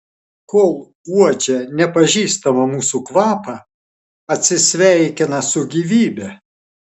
kol uodžia nepažįstamą mūsų kvapą atsisveikina su gyvybe